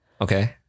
Okay